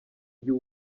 y’u